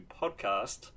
podcast